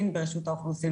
האוכלוסין